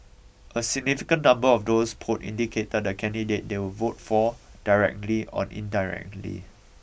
a significant number of those polled indicated the candidate they would vote for directly or indirectly